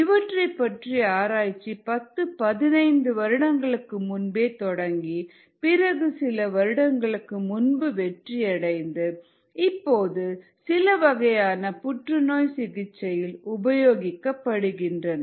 இவற்றைப் பற்றிய ஆராய்ச்சி 10 15 வருடங்களுக்கு முன்பே தொடங்கி பிறகு சில வருடங்களுக்கு முன்பு வெற்றியடைந்து இப்போது சிலவகையான புற்றுநோய் சிகிச்சையில் உபயோகிக்கப்படுகின்றன